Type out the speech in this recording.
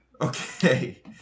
Okay